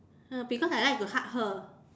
ah because I like to hug her